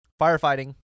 firefighting